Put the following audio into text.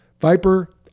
Viper